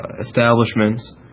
establishments